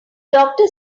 doctor